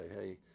hey